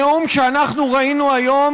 הנאום שאנחנו ראינו היום,